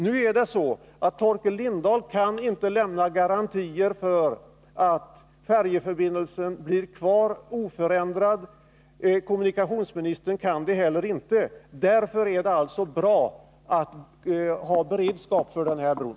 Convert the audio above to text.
Nu är det så att Torkel Lindahl inte kan lämna några garantier för att färjeförbindelsen blir kvar oförändrad, och kommunikationsministern kan det inte heller. Därför är det alltså bra att ha beredskap för bron.